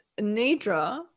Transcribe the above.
Nidra